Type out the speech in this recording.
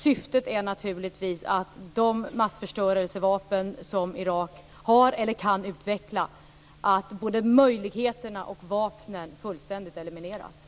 Syftet är naturligtvis att eliminera Iraks möjligheter att använda eller utveckla massförstörelsevapen.